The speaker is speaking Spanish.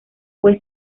fue